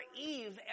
Eve